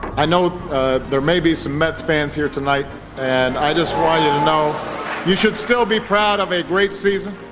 i know there may be some mets fans here tonight and i just want you to know you should still be proud of a great season,